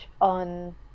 on